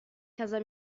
casa